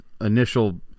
initial